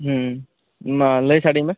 ᱢᱟ ᱞᱟᱹᱭ ᱥᱟᱰᱮᱧ ᱢᱮ